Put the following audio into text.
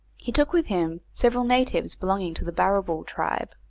he took with him several natives belonging to the barrabool tribe.